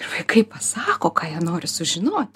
ir vaikai pasako ką jie nori sužinoti